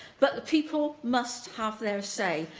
but the people must have their say,